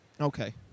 Okay